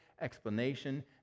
explanation